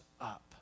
up